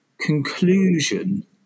conclusion